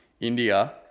India